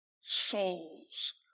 souls